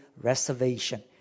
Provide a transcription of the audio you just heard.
reservation